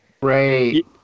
Right